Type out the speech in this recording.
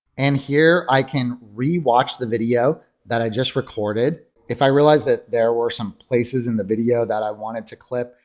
and here i can re-watch the video that i just recorded. if i realize that there were some places in the video that i wanted to clip,